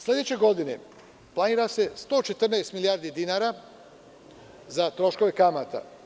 Sledeće godine planira se 114 milijardi dinara za troškove kamata.